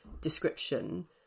description